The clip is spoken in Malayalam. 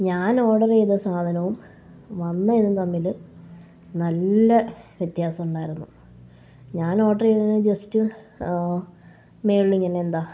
ഞാൻ ഓഡറ് ചെയ്ത സാധനവും വന്ന ഇതും തമ്മിൽ നല്ല വ്യത്യാസമുണ്ടായിരുന്നു ഞാൻ ഓഡർ ചെയ്തത് ജെസ്റ്റ് മുകളിങ്ങനെ എന്താ